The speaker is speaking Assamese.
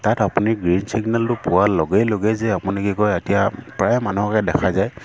তাত আপুনি গ্ৰীণ ছিগনেলটো পোৱাৰ লগে লগেই যে আপুনি কি কয় এতিয়া প্ৰায় মানুহকে দেখা যায়